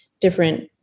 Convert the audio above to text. different